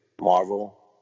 Marvel